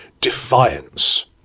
defiance